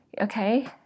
okay